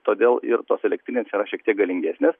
todėl ir tos elektrinės yra šiek tiek galingesnės